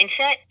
mindset